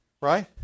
Right